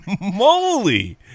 moly